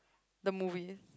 the movie